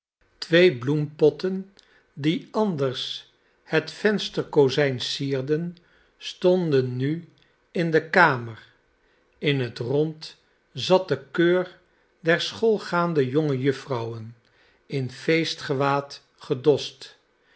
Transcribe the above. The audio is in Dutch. twee bloempotten die anders het vensterkozijn sierden stonden nu in de kamer in het rond zat de keur der schoolgaande jonge jufvrouwen in